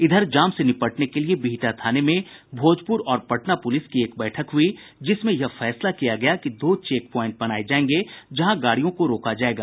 इधर जाम से निपटने के लिए बिहटा थाने में भोजपुर और पटना पुलिस की एक बैठक हुई जिसमें यह फैसला किया गया कि दो चेक प्वाइंट बनाये जायेंगे जहां गाड़ियों को रोका जायेगा